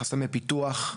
חסמי פיתוח.